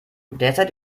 derzeit